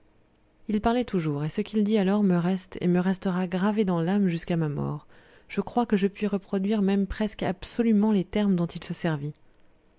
il parlait toujours et ce qu'il dit alors me reste et me restera gravé dans l'âme jusqu'à ma mort je crois que je puis reproduire même presque absolument les termes dont il se servit